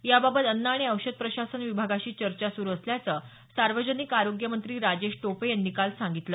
याबाबत अन्न आणि औषध प्रशासन विभागाशी चर्चा सुरू असल्याचं सार्वजनिक आरोग्य मंत्री राजेश टोपे यांनी काल सांगितलं